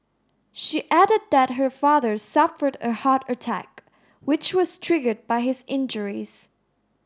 she added that her father suffered a heart attack which was triggered by his injuries